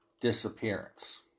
disappearance